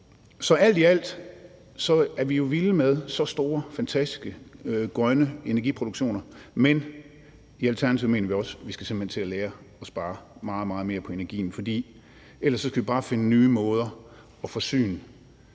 Så alt i alt er vi jo vilde med så store fantastiske grønne energiproduktioner. Men i Alternativet mener vi også, at vi skal til at lære at spare meget mere på energien, for ellers skal vi bare finde nye måder til at forsyne